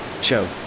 show